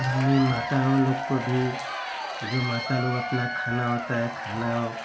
mummy माता हम लोग को भी जो माता लोग अपना खाना होता है खाना हो